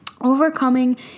overcoming